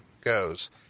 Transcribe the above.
goes